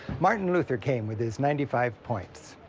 martin luther came with his ninety five points.